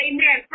Amen